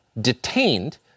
detained